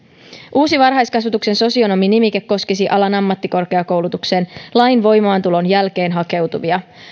uusi varhaiskasvatuksen sosionomi nimike koskisi alan ammattikorkeakoulutukseen lain voimaantulon jälkeen hakeutuvia